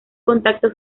contacto